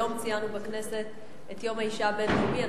היום ציינו בכנסת את יום האשה הבין-לאומי.